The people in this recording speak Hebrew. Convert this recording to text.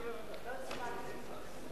לא הספקתי להצביע.